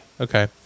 Okay